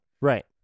right